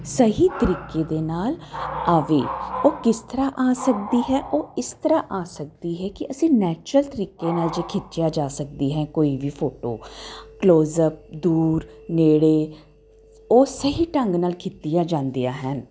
ਸਹੀ ਤਰੀਕੇ ਦੇ ਨਾਲ ਆਵੇ ਉਹ ਕਿਸ ਤਰ੍ਹਾਂ ਆ ਸਕਦੀ ਹੈ ਉਹ ਇਸ ਤਰ੍ਹਾਂ ਆ ਸਕਦੀ ਹੈ ਕਿ ਅਸੀਂ ਨੈਚੁਰਲ ਤਰੀਕੇ ਨਾਲ ਜੇ ਖਿੱਚਿਆ ਜਾ ਸਕਦੀ ਹੈ ਕੋਈ ਵੀ ਫੋਟੋ ਕਲੋਜਅਪ ਦੂਰ ਨੇੜੇ ਉਹ ਸਹੀ ਢੰਗ ਨਾਲ ਕੀਤੀਆ ਜਾਂਦੀਆ ਹਨ